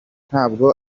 ntabwo